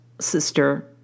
sister